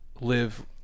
live